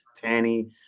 tanny